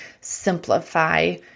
simplify